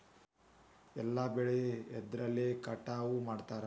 ಎಲ್ಲ ಬೆಳೆ ಎದ್ರಲೆ ಕಟಾವು ಮಾಡ್ತಾರ್?